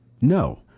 No